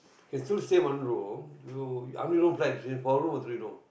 you can still stay one room you how many room plan four room or three room